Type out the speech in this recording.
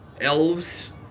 elves